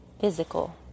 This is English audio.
physical